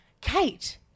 Kate